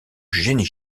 génie